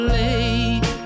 late